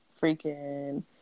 freaking